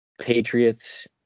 Patriots